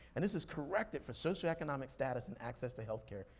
and this is corrected for socioeconomic status and access to healthcare.